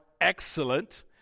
excellent